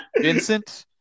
Vincent